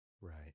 Right